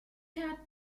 had